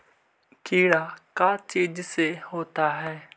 कीड़ा का चीज से होता है?